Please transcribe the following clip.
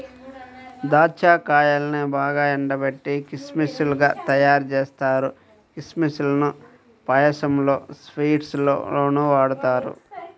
దాచ్చా కాయల్నే బాగా ఎండబెట్టి కిస్మిస్ లుగా తయ్యారుజేత్తారు, కిస్మిస్ లను పాయసంలోనూ, స్వీట్స్ లోనూ వాడతారు